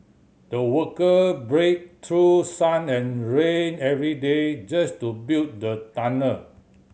the worker braved through sun and rain every day just to build the tunnel